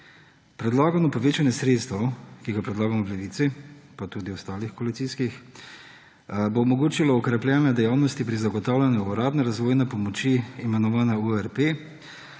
Predlagano povečanje sredstev, ki ga predlagamo v Levici, pa tudi ostalih koalicijskih, bo omogočilo okrepljene dejavnosti pri zagotavljanju uradne razvojne pomoči, imenovane URP